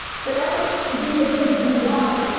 say i'm the dude that's gonna get rewired.